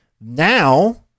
now